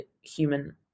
human